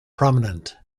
prominent